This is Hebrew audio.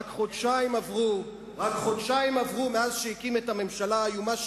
רק חודשיים עברו מאז הקים את הממשלה האיומה שלו,